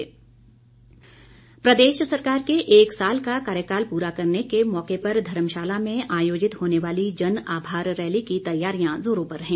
rally प्रदेश सरकार के एक साल का कार्यकाल पूरा करने के मौके पर धर्मशाला में आयोजित होने वाली जन आभार रैली की तैयारियां जोरों पर है